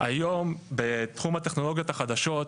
היום בתחום הטכנולוגיות החדשות,